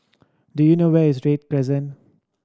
do you know where is Read Crescent